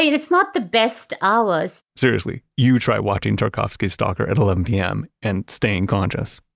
it's not the best hours seriously, you try watching tarkovsky's stalker at eleven pm and staying conscious.